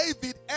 David